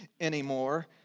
anymore